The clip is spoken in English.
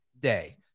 day